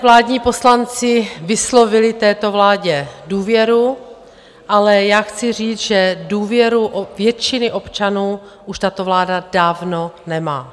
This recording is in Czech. Vládní poslanci vyslovili této vládě důvěru, ale já chci říct, že důvěru většiny občanů už tato vláda dávno nemá.